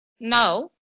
Now